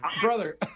brother